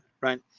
right